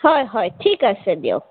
হয় হয় ঠিক আছে দিয়ক